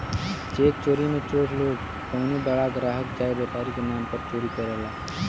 check चोरी मे चोर लोग कउनो बड़ा ग्राहक चाहे व्यापारी के नाम पर चोरी करला